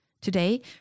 Today